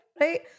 right